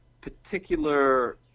particular